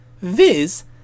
Viz